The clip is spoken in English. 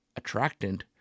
attractant